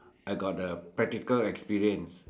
I got a practical experience